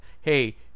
hey